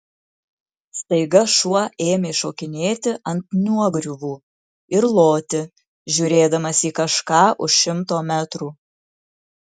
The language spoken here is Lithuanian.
staiga šuo ėmė šokinėti ant nuogriuvų ir loti žiūrėdamas į kažką už šimto metrų